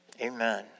Amen